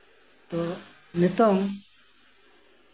ᱛᱳ ᱱᱤᱛᱚᱝ